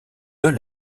deux